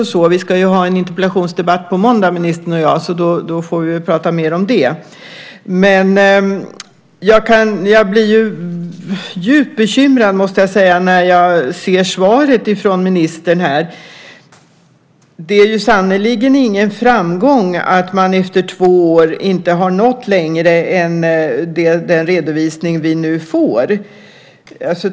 Ministern och jag ska ju ha en interpellationsdebatt på måndag, så då får vi väl prata mer om det. Men jag måste säga att jag blir djupt bekymrad när jag ser svaret från ministern. Det är ju sannerligen ingen framgång att man efter två år inte har nått längre än vad redovisningen som vi nu får visar.